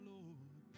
Lord